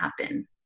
happen